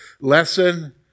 lesson